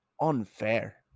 unfair